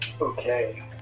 Okay